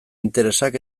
interesak